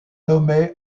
nommée